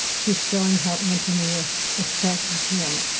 she's showing how antonia affects jim.